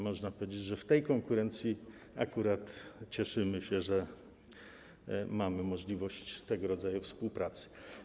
Można powiedzieć, że w tej konkurencji akurat cieszymy się, że mamy możliwość tego rodzaju współpracy.